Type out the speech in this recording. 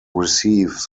receive